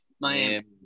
Miami